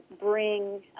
bring